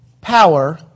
power